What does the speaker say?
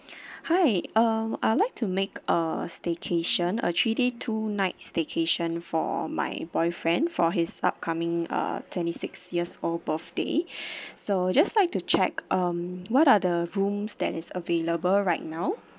hi um I'd like to make a staycation a three days two nights staycation for my boyfriend for his upcoming uh twenty-sixth years old birthday so just like to check um what are the rooms that is available right now